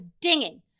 dinging